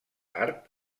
tard